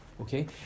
okay